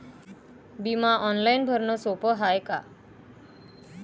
बिमा ऑनलाईन भरनं सोप हाय का?